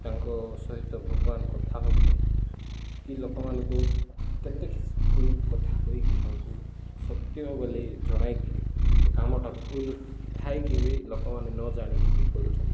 ତାଙ୍କ ସହିତ ଭଗବାନ କଥା ହଉଛନ୍ତି କି ଲୋକମାନଙ୍କୁ କେତେ କିଛି ଭୁଲ କଥା କହିକି ତାଙ୍କୁ ଶକ୍ତିମ ବୋଲି ଜଣାଇକି ସେ କାମଟା ଭୁଲ ଥାଇକି ବି ଲୋକମାନେ ନ ଜାଣିକି ବି କରୁଛନ୍ତି